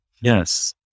Yes